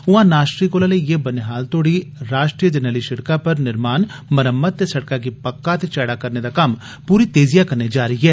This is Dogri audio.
उआं नाशरी कोला लेइयै बनिहाल तोड़ी राष्ट्रीय जरनैली सड़कै उप्पर निर्माण मरम्मत ते सड़कै गी पक्का ते चैड़ा करने दा कम्म पूरी तेजिया कन्नै जारी ऐ